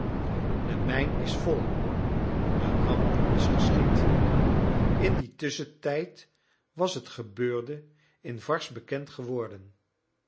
de mijn is vol de ramp is geschied in dien tusschentijd was het gebeurde in varses bekend geworden